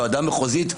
ועדה מחוזית,